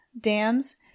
dams